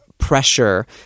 Pressure